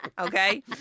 okay